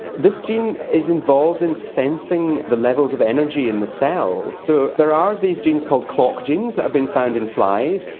this gene is involved in sensing the levels of energy in the cells. so there are these genes called clock genes that have been found in flies,